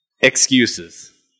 excuses